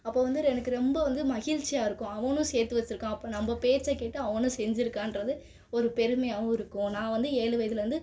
அப்போ வந்து எனக்கு ரொம்ப வந்து மகிழ்ச்சியா இருக்கும் அவனும் சேர்த்து வச்சுருக்கான் அப்போ நம்ம பேச்சை கேட்டு அவனும் செஞ்சுருக்கான்றது ஒரு பெருமையாகவும் இருக்கும் நான் வந்து ஏழு வயதுலேருந்து